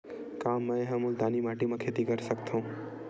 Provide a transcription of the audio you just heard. का मै ह मुल्तानी माटी म खेती कर सकथव?